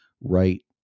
right